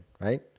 right